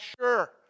sure